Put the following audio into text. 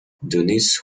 denise